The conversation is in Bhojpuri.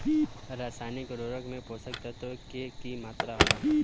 रसायनिक उर्वरक में पोषक तत्व के की मात्रा होला?